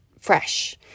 fresh